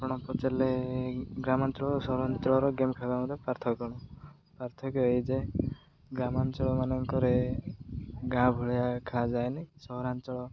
ଆପଣ ପଚାରିଲେ ଗ୍ରାମାଞ୍ଚଳ ସହରାଞ୍ଚଳର ଗେମ୍ ଖେଳିବା ମଧ୍ୟରେ ପାର୍ଥକ୍ୟ କ'ଣ ପାର୍ଥକ୍ୟ ଏଇ ଯେ ଗ୍ରାମାଞ୍ଚଳ ମାନଙ୍କରେ ଗାଁ ଭଳିଆ ଖିଆ ଯାଏନି ସହରାଞ୍ଚଳ